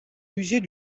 musée